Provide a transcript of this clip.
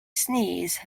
sneeze